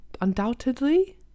undoubtedly